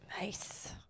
Nice